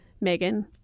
Megan